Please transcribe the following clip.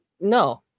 no